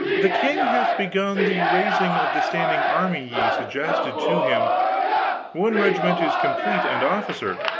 the king hath begun the raising of the standing army ye suggested to him one regiment is complete and officered.